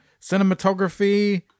cinematography